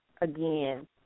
again